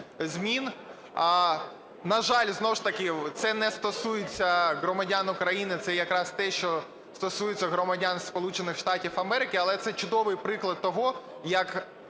змін. На жаль, знову ж таки це не стосується громадян України, це якраз те, що стосується громадян Сполучених Штатів Америки. Але це чудовий приклад того, як